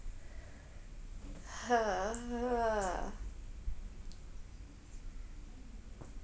uh